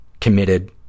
committed